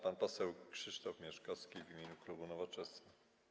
Pan poseł Krzysztof Mieszkowski w imieniu klubu Nowoczesna.